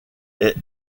est